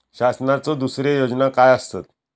शासनाचो दुसरे योजना काय आसतत?